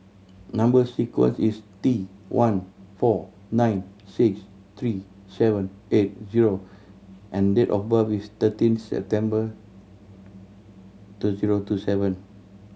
number sequence is T one four nine six three seven eight zero and date of birth is thirteen September two zero two seven